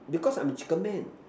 because I am chicken man